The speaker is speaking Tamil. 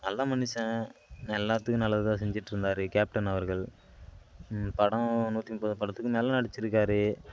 நல்ல மனுஷன் எல்லாத்துக்கும் நல்லது தான் செஞ்சுட்ருந்தாரு கேப்டன் அவர்கள் படம் நூற்றி முப்பது படத்துக்கு மேலே நடித்து இருக்கார்